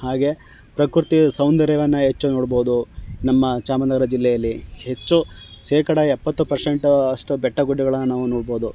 ಹಾಗೆ ಪ್ರಕೃತಿ ಸೌಂದರ್ಯವನ್ನು ಹೆಚ್ಚು ನೋಡ್ಬೋದು ನಮ್ಮ ಚಾಮರಾಜನಗರ ಜಿಲ್ಲೆಯಲ್ಲಿ ಹೆಚ್ಚು ಶೇಕಡಾ ಎಪ್ಪತ್ತು ಪರ್ಸೆಂಟು ಅಷ್ಟು ಬೆಟ್ಟ ಗುಡ್ಡಗಳನ್ನು ನಾವು ನೋಡ್ಬೋದು